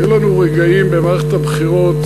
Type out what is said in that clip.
היו לנו רגעים במערכת הבחירות,